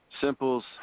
Simples